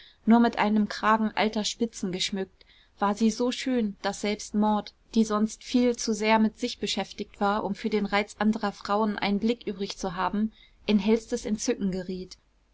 nur mit einem kragen alter spitzen geschmückt war sie so schön daß selbst maud die sonst viel zu sehr mit sich beschäftigt war um für den reiz anderer frauen einen blick übrig zu haben in hellstes entzücken geriet